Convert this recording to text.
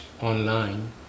online